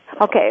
Okay